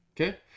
Okay